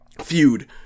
feud